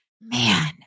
man